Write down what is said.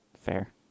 Fair